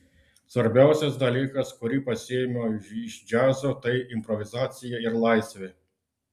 svarbiausias dalykas kurį pasiėmiau iš džiazo tai improvizacija ir laisvė